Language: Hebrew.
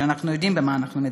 ואנחנו יודעים על מה אנחנו מדברים.